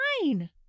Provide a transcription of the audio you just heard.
fine